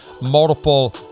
multiple